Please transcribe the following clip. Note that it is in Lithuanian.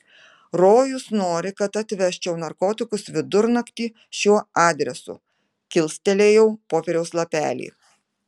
rojus nori kad atvežčiau narkotikus vidurnaktį šiuo adresu kilstelėjau popieriaus lapelį